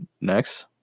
next